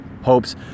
Hopes